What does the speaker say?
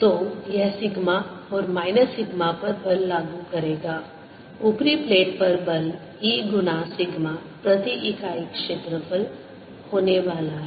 तो यह सिग्मा और माइनस सिग्मा पर बल लागू करेगा ऊपरी प्लेट पर बल E गुना सिग्मा प्रति इकाई क्षेत्रफल होने वाला है